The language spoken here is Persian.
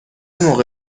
موقع